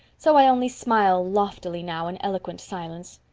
so i only smile loftily now in eloquent silence.